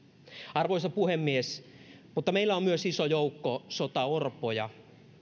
arvoisa puhemies meillä on myös iso joukko sotaorpoja